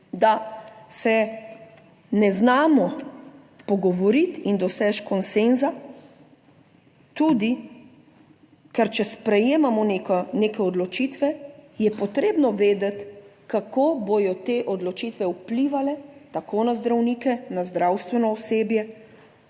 da se ne znamo pogovoriti in doseči konsenza tudi, ker če sprejemamo neke odločitve, je potrebno vedeti, kako bodo te odločitve vplivale tako na zdravnike, na zdravstveno osebje,